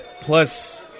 Plus